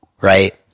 right